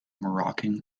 moroccan